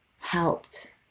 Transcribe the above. helped